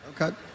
Okay